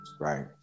right